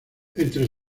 entre